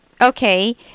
Okay